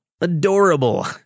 Adorable